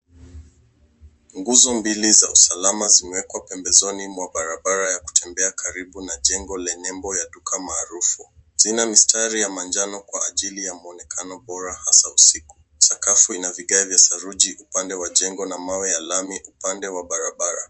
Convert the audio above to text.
Nguzo mbili za usalama zimewekwa pembezoni mwa barabara ya kutembea karibu na jengo lenye nembo ya duka maarufu. zina mistari ya manjano kwa ajili mwonekano bora hasaa usiku. sakafu ina vigae vya saruji upande wa jengo na mawe ya lami upande wa barabara.